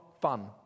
fun